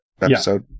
episode